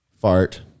fart